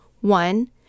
One